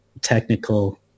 technical